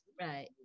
Right